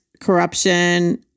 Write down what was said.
corruption